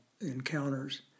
encounters